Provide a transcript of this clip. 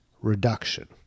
reduction